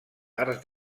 arts